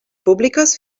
públiques